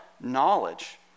knowledge